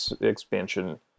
expansion